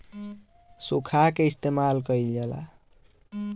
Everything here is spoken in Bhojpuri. सुखा के इस्तेमाल कइल जाला